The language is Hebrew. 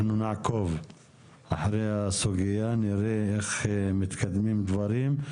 אנחנו נעקוב אחרי הסוגיה, נראה איך מתקדמים דברים.